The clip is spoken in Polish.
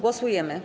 Głosujemy.